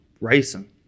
racing